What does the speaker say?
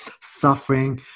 suffering